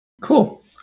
Cool